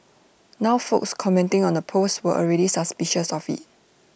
now folks commenting on the post were already suspicious of IT